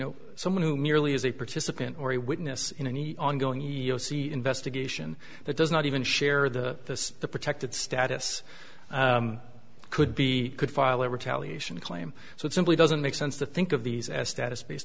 know someone who merely is a participant or a witness in any ongoing investigation that does not even share the protected status could be could file a retaliation claim so it simply doesn't make sense to think of these as status based